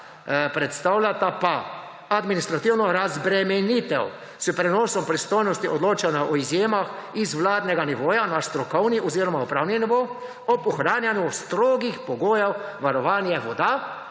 predstavljata pa administrativno razbremenitev s prenosom pristojnosti odločanja o izjemah z vladnega nivoja na strokovni oziroma upravni nivo, ob ohranjanju strogih pogojev varovanja voda;